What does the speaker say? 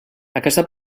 aquesta